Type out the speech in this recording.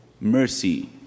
mercy